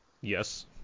Yes